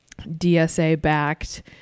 DSA-backed